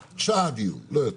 שעה דיון, לא יותר.